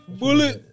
bullet